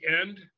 end